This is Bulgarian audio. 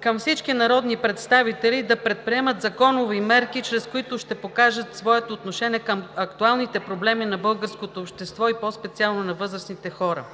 към всички народни представители да предприемат законови мерки, чрез които ще покажат своето отношение към актуалните проблеми на българското общество и по специално на възрастните хора: